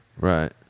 Right